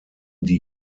die